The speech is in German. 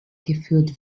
geführt